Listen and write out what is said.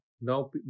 now